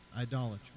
idolatry